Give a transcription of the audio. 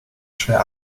schwer